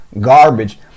garbage